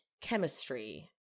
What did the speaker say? chemistry